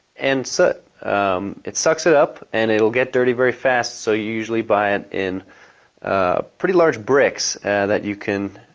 and so it um it sucks it up and it will get dirty very fast, so you usually buy it in pretty large bricks that you can